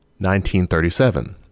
1937